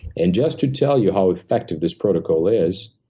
and just to tell you how effective this protocol is,